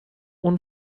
اون